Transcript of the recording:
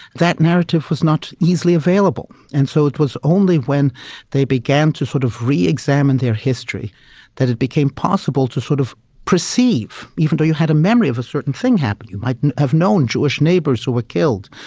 that narrative was not easily available. and so it was only when they began to sort of re-examine their history that it became possible to sort of perceive, even though you had a memory of a certain thing happening, you might have known jewish neighbours who were killed,